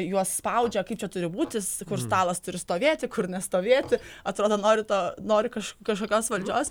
juos spaudžia kaip čia turi būti kur stalas turi stovėti kur nestovėti atrodo nori to nori kaž kažkokios valdžios